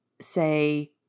say